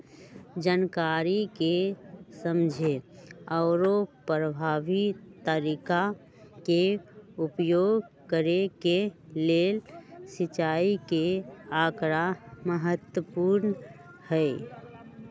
जनकारी के समझे आउरो परभावी तरीका के उपयोग करे के लेल सिंचाई के आकड़ा महत्पूर्ण हई